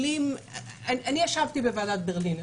אני ישבתי בוועדת ברלינר.